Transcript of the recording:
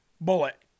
bullet